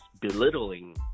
belittling